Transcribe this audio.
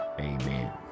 Amen